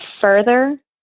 further